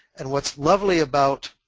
and what's lovely about